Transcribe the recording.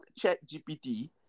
ChatGPT